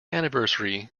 anniversary